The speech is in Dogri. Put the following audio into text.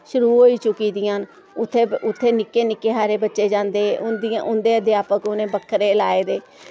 शुरू होई चुकी दियां न उत्थै उत्थै निक्के निक्के हारे बच्चे जन्दे उं'दियां उं'दे अध्यापक उ'नै बक्खरे लाए दे